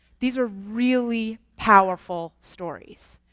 these are really powerful stories.